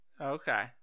Okay